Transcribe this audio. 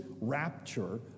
rapture